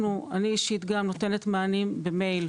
אני אישית גם נותנת מענים במייל.